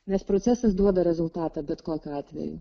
nes procesas duoda rezultatą bet kokiu atveju